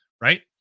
right